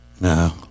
No